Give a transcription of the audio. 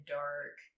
dark